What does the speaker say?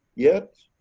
yet